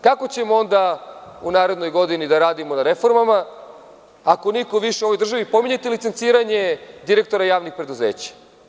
Kako ćemo da u narednoj godini da radimo na reformama, ako niko više u ovoj državi, pominjete licenciranje direktora javnih preduzeća.